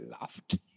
laughed